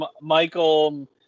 Michael